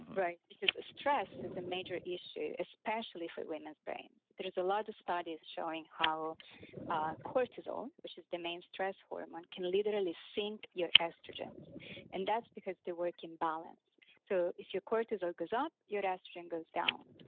right? because stress is a major issue, especially for women's brains. there is a lot of studies showing how ah cortisol, which is the main stress hormone can literally sink your estrogen so and that's because they work in balance. so, if your cortisol goes up, your estrogen goes down.